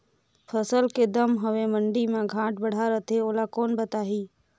फसल के दम हवे मंडी मा घाट बढ़ा रथे ओला कोन बताही?